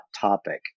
topic